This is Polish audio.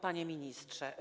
Panie Ministrze!